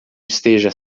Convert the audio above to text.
esteja